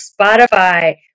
Spotify